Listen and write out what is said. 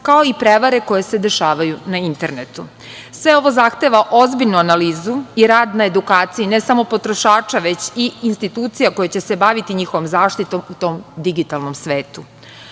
kao i prevare koje se dešavaju na internetu. Sve ovo zahteva ozbiljnu analizu i rad na edukaciji ne samo potrošača, već i institucija koje će se baviti njihovom zaštitom u tom digitalnom svetu. Ovaj